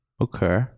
Okay